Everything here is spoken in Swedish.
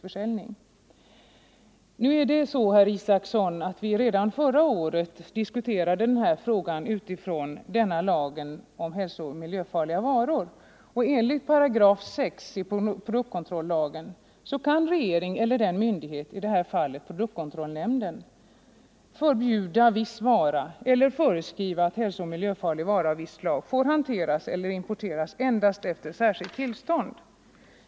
Redan förra året, herr Israelsson, diskuterade vi den här frågan med utgångspunkt i lagen om hälsooch miljöfarliga varor. Enligt 6 § produktkontrollagen kan regeringen eller den myndighet som regeringen bestämmer -— i det här fallet produktkontrollnämnden — förbjuda viss vara eller föreskriva att hälsooch miljöfarlig vara av visst slag får hanteras eller importeras endast efter särskilt tillstånd.